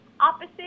opposite